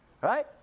right